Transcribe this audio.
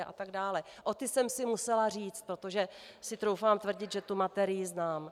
O ty jsem si musela říct, protože si troufám tvrdit, že tu materii znám.